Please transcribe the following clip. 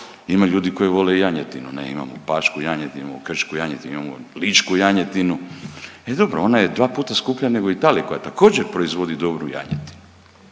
Ima ljudi koji vole janjetinu, imamo pašku janjetinu, imamo krčku janjetinu, imamo ličku janjetinu. I dobro ona je dva puta skuplja nego u Italiji koja također proizvodi dobru janjetinu.